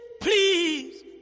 please